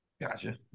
Gotcha